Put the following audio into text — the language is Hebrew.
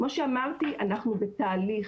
כמו שאמרתי, אנחנו בתהליך.